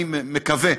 אני מקווה,